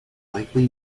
likely